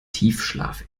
tiefschlaf